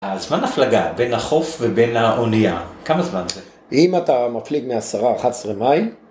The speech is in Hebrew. הזמן הפלגה בין החוף ובין האונייה? כמה זמן זה? אם אתה מפליג מ-10-11 מייל